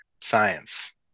science